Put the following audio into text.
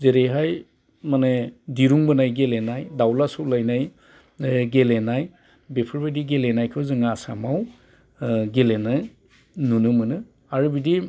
जेरैहाय दिरुं बोनाय गेलेनाय दावला सौलायनाय गेलेनाय बेफोरबायदि गेलेनाय जों आसामाव गेलेनो नुनो मोनो आरो बिदि